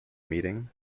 meeting